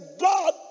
God